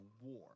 war